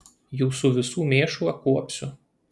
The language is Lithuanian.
jūsų visų mėšlą kuopsiu